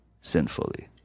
sinfully